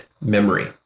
memory